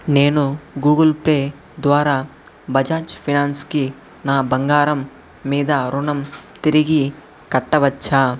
నేను Google Pay ద్వారా బజాజ్ ఫినాన్స్కి నా బంగారం మీద రుణం తిరిగి కట్టవచ్చా